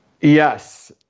Yes